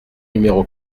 numéro